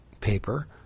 paper